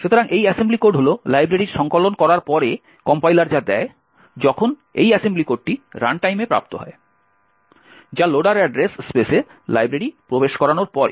সুতরাং এই assembly code হল লাইব্রেরির সংকলন করার পরে কম্পাইলার যা দেয় যখন এই অ্যাসেম্বলি কোডটি রানটাইমে প্রাপ্ত হয় যা লোডার অ্যাড্রেস স্পেসে লাইব্রেরি প্রবেশ করানোর পরে